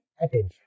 attention